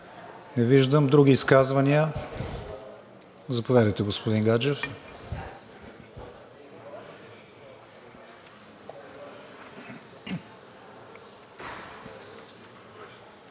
Не виждам. Други изказвания? Заповядайте, господин Гаджев.